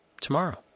tomorrow